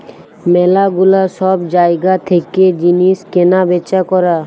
ম্যালা গুলা সব জায়গা থেকে জিনিস কেনা বেচা করা